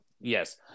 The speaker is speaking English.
Yes